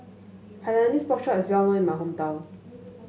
Hainanese Pork Chop is well known in my hometown